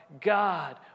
God